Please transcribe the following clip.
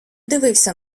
дивився